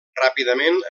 ràpidament